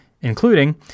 including